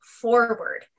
forward